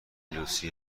لوسی